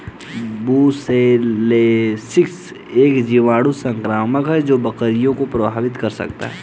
brucellosis एक जीवाणु संक्रमण है जो बकरियों को प्रभावित कर सकता है